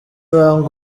wanga